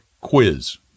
quiz